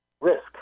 risk